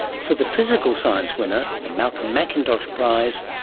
for the physical science winner, the malcolm mcintosh prize,